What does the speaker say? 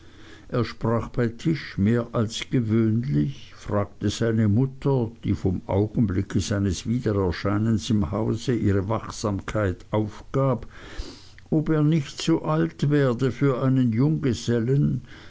er sprach bei tisch mehr als gewöhnlich fragte seine mutter die vom augenblicke seines wiedererscheinens im hause an ihre wachsamkeit aufgab ob er nicht zu alt werde für einen junggesellen